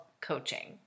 coaching